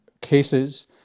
cases